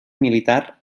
militar